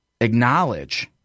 acknowledge